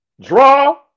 draw